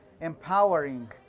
empowering